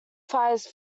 fires